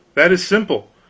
that is simple.